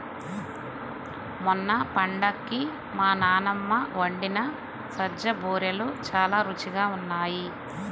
మొన్న పండక్కి మా నాన్నమ్మ వండిన సజ్జ బూరెలు చాలా రుచిగా ఉన్నాయి